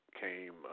came